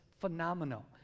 phenomenal